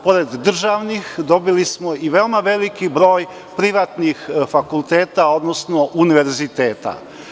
Pored državnih, dobili smo i veoma veliki broj privatnih fakulteta, odnosno univerziteta.